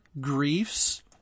griefs